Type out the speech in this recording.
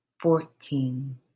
fourteen